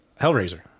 hellraiser